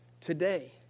Today